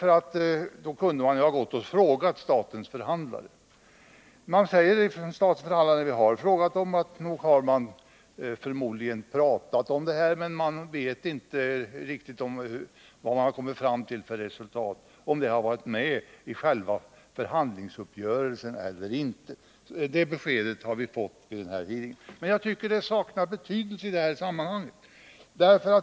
Man kunde ju ha frågat statens förhandlare. Vi har sedan frågat statens förhandlare, och de svarar att förmodligen har man pratat om saken, men man vet inte riktigt vad man har kommit fram till för resultat, om det har varit med i själva förhandlingsuppgörelsen eller inte. Det beskedet har vi fått. 31 Men jag tycker det saknar betydelse i detta sammanhang.